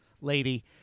lady